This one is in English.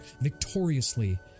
victoriously